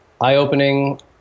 eye-opening